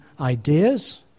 ideas